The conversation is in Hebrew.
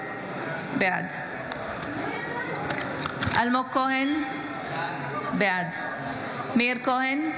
בעד אלמוג כהן, בעד מאיר כהן,